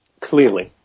Clearly